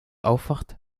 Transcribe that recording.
aufwacht